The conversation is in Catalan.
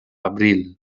abril